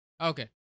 Okay